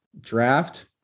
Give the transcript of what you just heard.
Draft